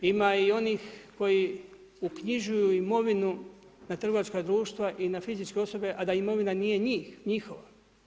Ima i onih koji uknjižuju imovinu na trgovačka društva i na fizičke osobe a da imovina nije njihova.